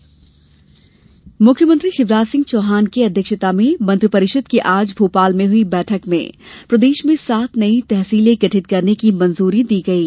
बैठक मुख्यमंत्री शिवराज सिंह चौहान की अध्यक्षता में मंत्रिपरिषद की आज भोपाल में हुई बैठक में प्रदेश में सात नई तहसीलें गठित करने की मंजूरी दी गयी